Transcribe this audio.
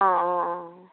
অঁ অঁ অঁ